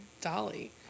Dolly